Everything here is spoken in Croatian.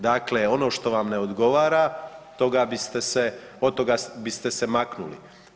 Dakle, ono što vam ne odgovara od toga biste se maknuli.